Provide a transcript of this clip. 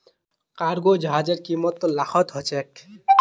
cargo जहाजेर कीमत त लाखत ह छेक